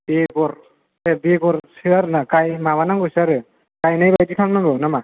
बेगर ए बेगरसो आरोना माबानांगौसो आरो गायनाय बायदि खालामनांगौ ना मा